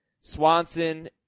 Swanson